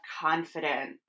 confidence